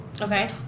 Okay